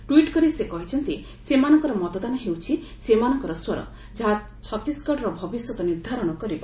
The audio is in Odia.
ଟ୍ୱିଟ୍ କରି ସେ କହିଛନ୍ତି ସେମାନଙ୍କର ମତଦାନ ହେଉଛି ସେମାନଙ୍କର ସ୍ୱର ଯାହା ଛତିଶଗଡ଼ର ଭବିଷ୍ୟତ ନିର୍ଦ୍ଧାରଣ କରିବ